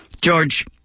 George